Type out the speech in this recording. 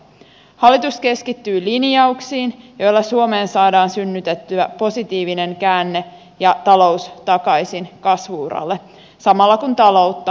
hallitus keskittyy linjauksiin joilla suomeen saadaan synnytettyä positiivinen käänne ja talous takaisin kasvu uralle samalla kun taloutta sopeutetaan